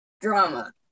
Drama